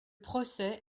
procès